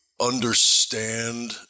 understand